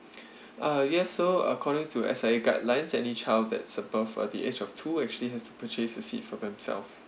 uh yes so according to S_I_A guidelines any child that's above for the age of two actually has to purchase a seat for themselves